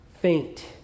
faint